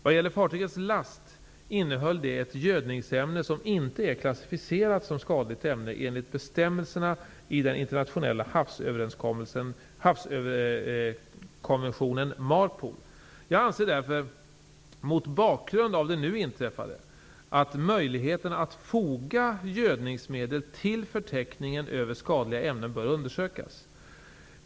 Vad gäller fartygets last innehöll den ett gödningsämne som inte är klassificerat som skadligt ämne enligt bestämmelserna i den internationella havsföroreningskonventionen MARPOL. Jag anser därför, mot bakgrund av det nu inträffade, att möjligheterna att foga gödningsmedel till förteckningen över skadliga ämnen bör undersökas.